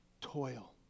toil